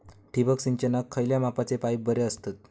ठिबक सिंचनाक खयल्या मापाचे पाईप बरे असतत?